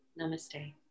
Namaste